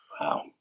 Wow